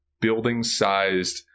building-sized